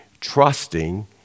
trusting